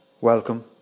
welcome